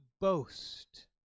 boast